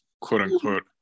quote-unquote